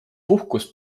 puhkust